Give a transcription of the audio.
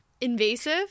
invasive